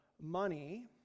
money